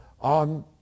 on